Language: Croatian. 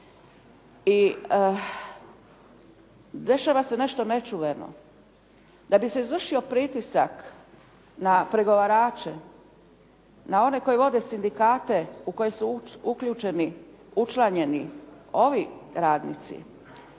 I dešava se nešto nečuveno. Da bi se izvršio pritisak na pregovarače, na one koji vode sindikate u koje su učlanjeni ovi radnici,